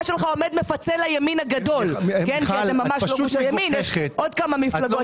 שלך עומד מפצל הימין הגדול כי אתם ממש לא ימין אלא